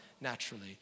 naturally